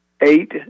eight